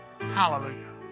Hallelujah